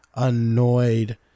annoyed